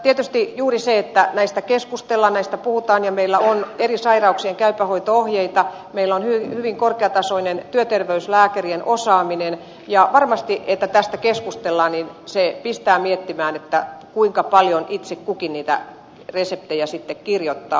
tietysti juuri se on tärkeätä että keskustellaan näistä puhutaan ja meillä on eri sairauksien käypähoito ohjeita meillä on hyvin korkeatasoinen työterveyslääkärien osaaminen ja varmasti kun tästä keskustellaan se pistää miettimään kuinka paljon itse kukin niitä reseptejä kirjoittaa